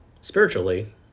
spiritually